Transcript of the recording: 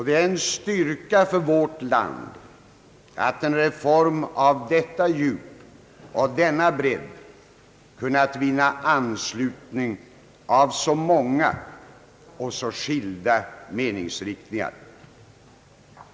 Det är en styrka för vårt land att en reform av detta djup och denna bredd kunnat vinna anslutning av så många och så skilda meningsriktningar.